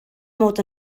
mod